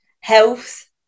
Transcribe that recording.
health